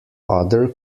other